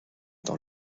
dans